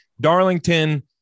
Darlington